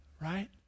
Right